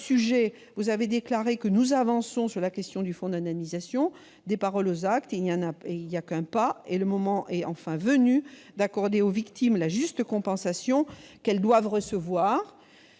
vous avez déclaré que « nous avançons » sur la question du fonds d'indemnisation. Des paroles aux actes, il n'y a qu'un pas, et le moment est enfin venu d'accorder aux victimes la juste compensation qu'elles doivent recevoir.